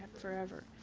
forever?